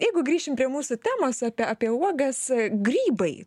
jeigu grįšim prie mūsų temos apie apie uogas grybai